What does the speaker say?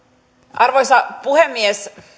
arvoisa puhemies